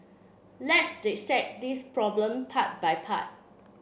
let's dissect this problem part by part